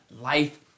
life